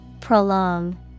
Prolong